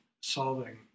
solving